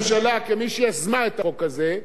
שהיא עושה את זה כי זה קולות של מלחמה.